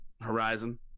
Horizon